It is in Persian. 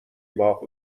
باغ